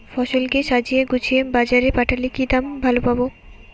ফসল কে সাজিয়ে গুছিয়ে বাজারে পাঠালে কি দাম ভালো পাব?